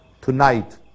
tonight